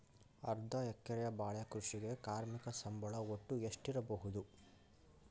ಅರ್ಧ ಎಕರೆಯ ಬಾಳೆ ಕೃಷಿಗೆ ಕಾರ್ಮಿಕ ಸಂಬಳ ಒಟ್ಟು ಎಷ್ಟಿರಬಹುದು?